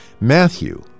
Matthew